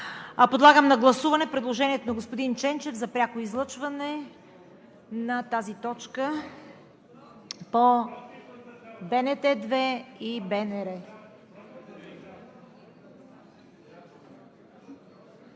Подлагам на гласуване предложението на господин Ченчев за пряко излъчване на тази точка по БНТ 2 и БНР.